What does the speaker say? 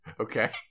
Okay